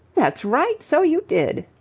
that's right, so you did,